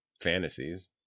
fantasies